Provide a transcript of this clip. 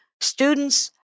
students